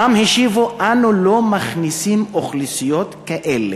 שם השיבו: אנו לא מכניסים אוכלוסיות כאלה.